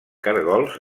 caragols